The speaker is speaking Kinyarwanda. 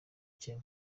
cye